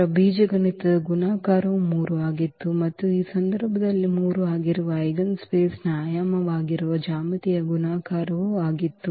ರ ಬೀಜಗಣಿತದ ಗುಣಾಕಾರವು 3 ಆಗಿತ್ತು ಮತ್ತು ಈ ಸಂದರ್ಭದಲ್ಲಿ 3 ಆಗಿರುವ ಐಜೆನ್ಸ್ಪೇಸ್ನ ಆಯಾಮವಾಗಿರುವ ಜ್ಯಾಮಿತೀಯ ಗುಣಾಕಾರವೂ ಆಗಿತ್ತು